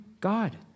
God